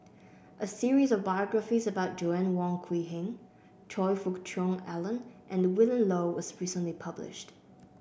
a series of biographies about Joanna Wong Quee Heng Choe Fook Cheong Alan and Willin Low was recently published